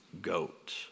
goat